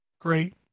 great